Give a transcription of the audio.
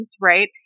right